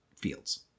fields